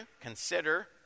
Consider